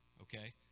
okay